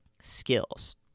skills